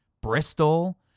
Bristol